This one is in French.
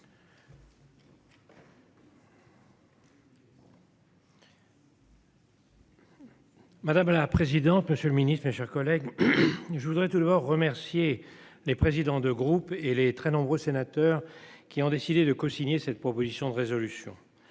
Madame la présidente. Monsieur le Ministre, mes chers collègues. Je voudrais tout d'abord remercier les présidents de groupe et les très nombreux sénateurs qui ont décidé de cosigné cette proposition de résolution.